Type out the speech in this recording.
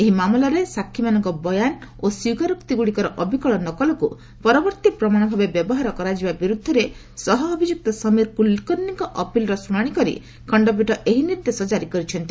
ଏହି ମାମଲାରେ ସାକ୍ଷୀମାନଙ୍କ ବୟାନ ଓ ସ୍ନୀକାରୋକ୍ତିଗୁଡ଼ିକର ଅବିକଳ ନକଲକୁ ପରବର୍ତ୍ତୀ ପ୍ରମାଣ ଭାବେ ବ୍ୟବହାର କରାଯିବା ବିରୁଦ୍ଧରେ ସହ ଅଭିଯୁକ୍ତ ସମୀର କ୍ୱଲକର୍ଣ୍ଣୀଙ୍କ ଅପିଲର ଶୁଣାଣି କରି ଖଣ୍ଡପୀଠ ଏହି ନିର୍ଦ୍ଦେଶ ଜାରି କରିଛନ୍ତି